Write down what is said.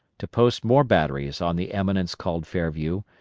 to post more batteries on the eminence called fairview,